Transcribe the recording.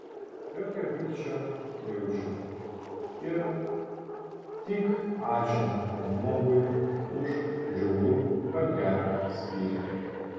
jokio pykčio nejaučiu ir tik ačiū tam žmogui už žiaurų bet gerą spyrį